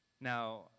Now